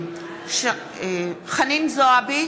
נגד חנין זועבי,